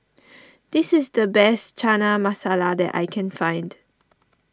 this is the best Chana Masala that I can find